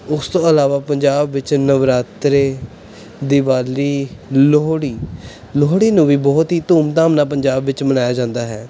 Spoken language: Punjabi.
ਉਸ ਤੋਂ ਇਲਾਵਾ ਪੰਜਾਬ ਵਿੱਚ ਨਵਰਾਤਰੇ ਦਿਵਾਲੀ ਲੋਹੜੀ ਲੋਹੜੀ ਨੂੰ ਵੀ ਬਹੁਤ ਹੀ ਧੂਮਧਾਮ ਨਾਲ ਪੰਜਾਬ ਵਿੱਚ ਮਨਾਇਆ ਜਾਂਦਾ ਹੈ